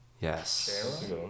Yes